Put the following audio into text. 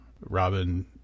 Robin